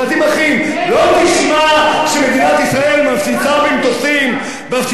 לא תשמע שמדינת ישראל מפציצה במטוסים את תל-אביב